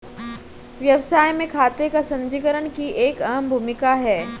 व्यवसाय में खाते का संचीकरण की एक अहम भूमिका है